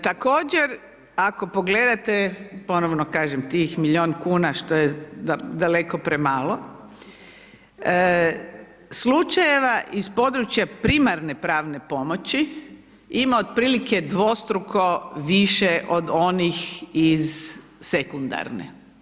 Također ako pogledate ponovno kažem tih milijun kuna što je daleko premalo, slučajeva iz područja primarne pravne pomoći ima otprilike dvostruko više od onih iz sekundarne.